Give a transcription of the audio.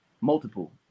Multiple